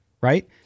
right